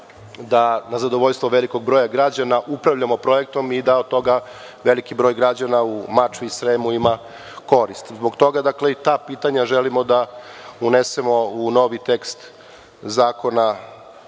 da na zadovoljstvo velikog broja građana upravljamo projektom i da od toga veliki broj građana u Mačvi i Sremu ima koristi. Zbog toga, dakle, i ta pitanja želimo da unesemo u novi tekst Zakona